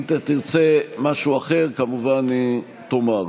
אם תרצה משהו אחר, כמובן, תאמר.